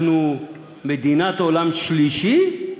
אנחנו מדינת עולם שלישי?